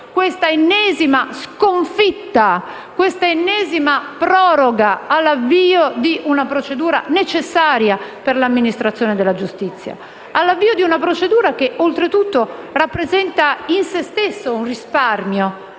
questa ennesima sconfitta, questa ennesima proroga all'avvio di una procedura necessaria per l'amministrazione della giustizia? Si tratta di una procedura che, oltretutto, rappresenta in se stessa un risparmio